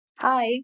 Hi